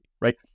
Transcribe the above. right